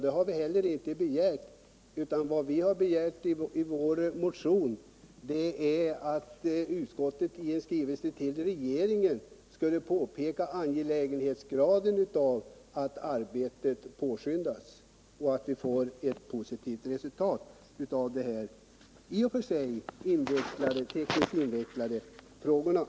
Det har vi heller inte krävt, utan vi har i vår motion begärt att riksdagen i en skrivelse till regeringen skulle påpeka angelägenheten av att arbetet påskyndas och av att vi får ett positivt resultat av det här tekniskt invecklade arbetet.